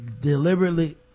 deliberately